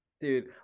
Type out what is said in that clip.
Dude